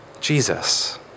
Jesus